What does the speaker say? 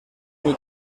muy